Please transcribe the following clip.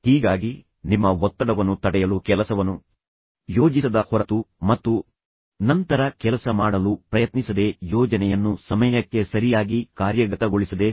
ಹೀಗಾಗಿ ನಿಮ್ಮ ಒತ್ತಡವನ್ನು ತಡೆಯಲು ಕೆಲಸವನ್ನು ಯೋಜಿಸದ ಹೊರತು ಮತ್ತು ನಂತರ ಕೆಲಸ ಮಾಡಲು ಪ್ರಯತ್ನಿಸದೆ ಯೋಜನೆಯನ್ನು ಸಮಯಕ್ಕೆ ಸರಿಯಾಗಿ ಕಾರ್ಯಗತಗೊಳಿಸದೆ ಸಾಧ್ಯವಿಲ್ಲ